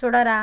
చూడురా